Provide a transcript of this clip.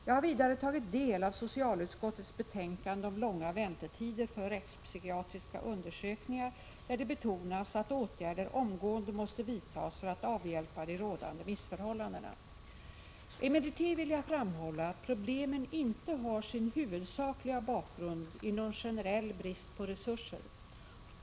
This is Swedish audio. Jag har vidare tagit del av socialutskottets betänkande om långa väntetider för rättspsykiatriska undersökningar där det betonas att åtgärder omgående måste vidtas för att avhjälpa de rådande missförhållandena. Emellertid vill jag framhålla att problemen inte har sin huvudsakliga bakgrund i någon generell brist på resurser.